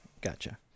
Gotcha